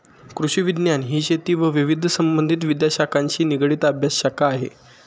कृषिविज्ञान ही शेती व विविध संबंधित विद्याशाखांशी निगडित अभ्यासशाखा आहे